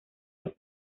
los